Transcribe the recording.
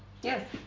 Yes